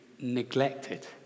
neglected